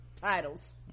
titles